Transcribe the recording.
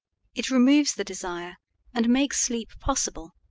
it removes the desire and makes sleep possible.